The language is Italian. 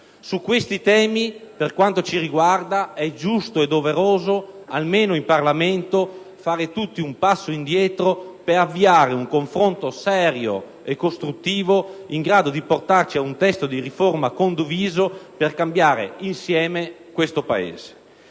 Su questi temi, per quanto ci riguarda, è giusto e doveroso, almeno in Parlamento, fare tutti un passo indietro per avviare un confronto serio e costruttivo in grado di portarci ad un testo di riforma condiviso per cambiare insieme questo Paese.